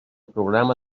programa